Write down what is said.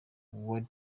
world